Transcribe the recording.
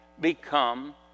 become